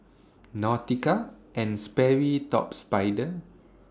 Nautica and Sperry Top Spider